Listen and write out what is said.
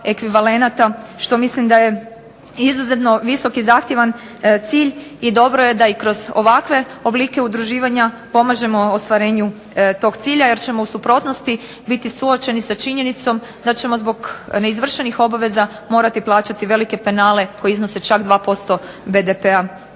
što mislim da je izuzetno visok i zahtjevan cilj i dobro je da i kroz ovakve oblike udruživanja pomažemo ostvarenju tog cilja. Jer ćemo u suprotnosti biti suočeni sa činjenicom da ćemo zbog neizvršenih obaveza morati plaćati velike penale koji iznose čak 2% BDP-a